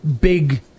big